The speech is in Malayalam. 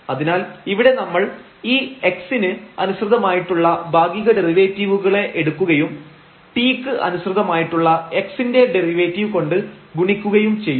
അതിനാൽ ഇവിടെ നമ്മൾ ഈ x ന് അനുസൃതമായിട്ടുള്ള ഭാഗിക ഡെറിവേറ്റീവുകളെ എടുക്കുകയും t ക്ക് അനുസൃതമായിട്ടുള്ള x ന്റെ ഡെറിവേറ്റീവ് കൊണ്ട് ഗുണിക്കുകയും ചെയ്യും